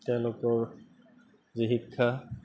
তেওঁলোকৰ যি শিক্ষা